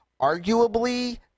Arguably